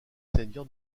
seigneur